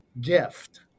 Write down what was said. gift